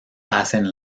hacen